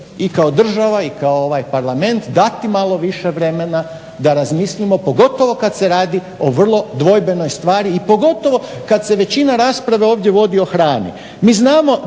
i kao država i kao ovaj parlament dati malo više vremena da razmislimo, pogotovo kad se radi o vrlo dvojbenoj stvari i pogotovo kad se većina rasprave ovdje vodi o hrani. Mi znamo